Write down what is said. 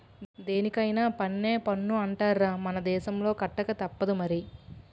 దేనికైన పన్నే పన్ను అంటార్రా మన దేశంలో కట్టకతప్పదు మరి